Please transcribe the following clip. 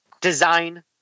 design